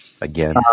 again